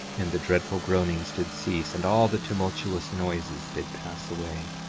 and the dreadful groanings did cease, and all the tumultuous noises did pass away.